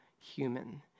human